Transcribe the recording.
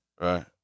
Right